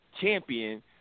champion